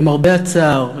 למרבה הצער,